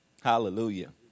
Hallelujah